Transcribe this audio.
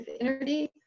energy